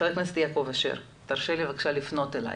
חבר הכנסת יעקב אשר, תרשה לי לפנות אליך,